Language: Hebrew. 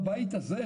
בבית הזה,